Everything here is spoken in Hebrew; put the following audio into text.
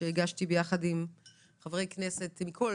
שהגשתי יחד עם חברי כנסת מכל